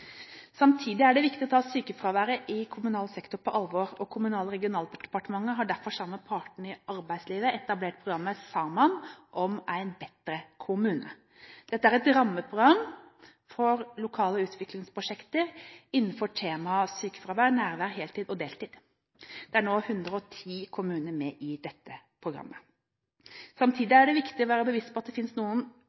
Samtidig er det viktig å ta sykefraværet i kommunal sektor på alvor. Kommunal- og regionaldepartementet har derfor sammen med partene i arbeidslivet etablert programmet Saman om ein betre kommune. Dette er et rammeprogram for lokale utviklingsprosjekter innenfor temaet sykefravær/nærvær og heltid/deltid. Det er nå 110 kommuner med i dette programmet. Samtidig er det viktig å være bevisst på at det ikke finnes noen